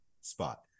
spot